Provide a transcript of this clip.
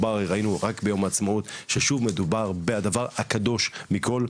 ראינו רק ביום העצמאות ששוב מדובר בדבר הקדוש מכל,